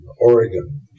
Oregon